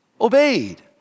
obeyed